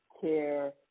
care